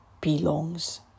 belongs